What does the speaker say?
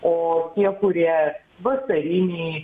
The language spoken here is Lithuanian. o tie kurie vasariniai